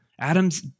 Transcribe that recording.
Adam's